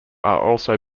also